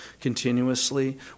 continuously